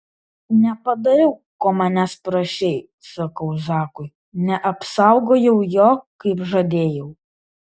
nepadariau ko manęs prašei sakau zakui neapsaugojau jo kaip žadėjau